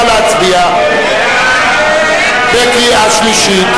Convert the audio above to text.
נא להצביע בקריאה שלישית.